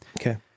Okay